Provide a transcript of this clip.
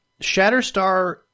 Shatterstar